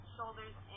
Shoulders